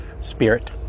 Spirit